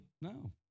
no